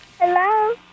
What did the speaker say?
Hello